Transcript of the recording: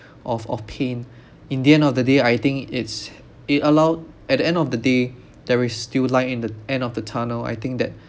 of of pain in the end of the day I think it's it allowed at the end of the day there is still light in the end of the tunnel I think that